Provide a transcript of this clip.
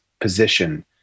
position